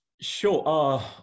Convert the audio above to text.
Sure